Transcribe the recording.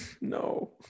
no